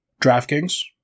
DraftKings